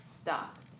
stopped